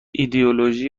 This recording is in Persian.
ایدئولوژی